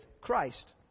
Christ